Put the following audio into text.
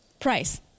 Price